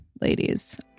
Ladies